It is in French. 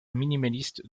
minimaliste